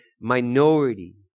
minority